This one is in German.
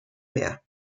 mehr